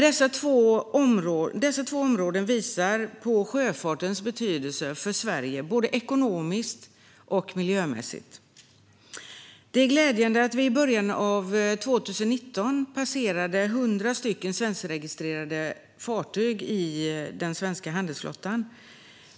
Dessa två områden visar på sjöfartens betydelse för Sverige både ekonomiskt och miljömässigt. Det är glädjande att vi i början av 2019 passerade 100 svenskregistrerade fartyg i den svenska handelsflottan.